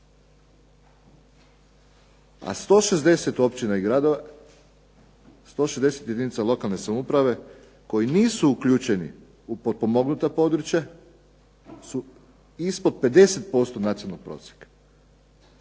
A 160 općina i gradova, 160 jedinica lokalne samouprave koje nisu uključeni u potpomognuta područja su ispod 50% nacionalnog prosjeka.